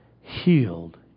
healed